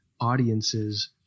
audiences